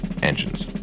Engines